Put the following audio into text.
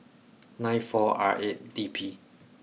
nine four R eight D P